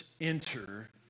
enter